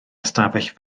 ystafell